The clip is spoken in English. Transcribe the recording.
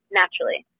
naturally